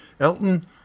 Elton